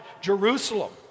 Jerusalem